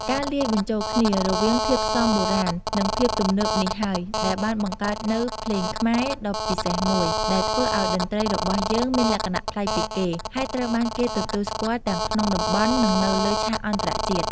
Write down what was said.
ការលាយបញ្ចូលគ្នា រវាងធាតុផ្សំបុរាណ និងភាពទំនើបនេះហើយ ដែលបានបង្កើតនូវ ភ្លេងខ្មែរ ដ៏ពិសេសមួយ ដែលធ្វើឱ្យតន្ត្រីរបស់យើងមាន លក្ខណៈប្លែកពីគេ ហើយត្រូវបានគេទទួលស្គាល់ទាំងក្នុងតំបន់ និងនៅលើឆាកអន្តរជាតិ។